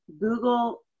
Google